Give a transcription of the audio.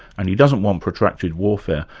and he doesn't want protracted warfare,